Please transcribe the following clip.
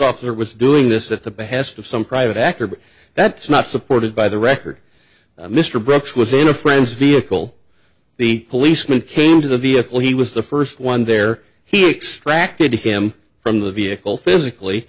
officer was doing this at the behest of some private actor but that's not supported by the record mr brooks was in a friend's vehicle the policeman came to the vehicle he was the first one there he extract it to him from the vehicle physically